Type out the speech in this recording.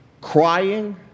crying